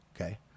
Okay